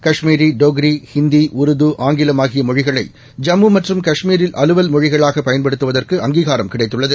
காஷ்மீரி டோக்ரி ஹிந்தி உருது ஆங்கிலம் ஆகிய மொழிகளை ஜம்மு மற்றும் காஷ்மீரில் அலுவல் மொழிகளாக பயன்படுத்துவதற்கு அங்கீகாரம் கிடைத்துள்ளது